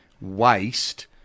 waste